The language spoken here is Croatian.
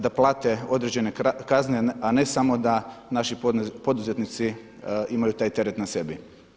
Da plate određene kazne a ne samo da naši poduzetnici imaju taj teret na sebi.